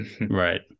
Right